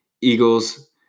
Eagles